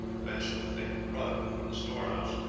fetched a thick rug from the storehouse,